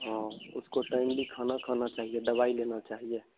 हाँ उसको टाइमली खाना खाना चाहिए दवाई लेना चाहिए